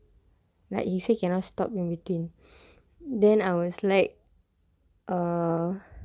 like he say cannot stop in between then I was like err